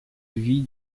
vie